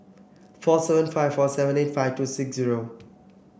four seven five four seven eight five two six zero